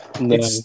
No